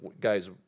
Guys